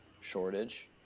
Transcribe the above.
shortage